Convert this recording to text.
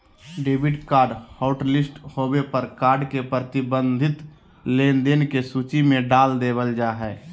debit card hotlist होबे पर card के प्रतिबंधित लेनदेन के सूची में डाल देबल जा हय